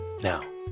Now